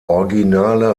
originale